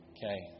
Okay